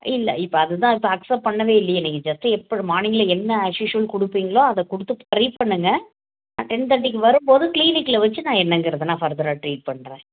இல்லை இப்போ அதுதான் இப்போ அக்செப்ட் பண்ணவே இல்லையே நீங்கள் ஜஸ்ட்டு எப் மார்னிங்கில் என்ன ஆஸ் யூஷுவல் கொடுப்பீங்களோ அதைக் கொடுத்து ட்ரை பண்ணுங்கள் நான் டென் தேட்டிக்கு வரும் போது க்ளினிக்கில் வைச்சு நான் என்னங்கிறதை நான் ஃபர்தராக ட்ரீட் பண்ணுறேன்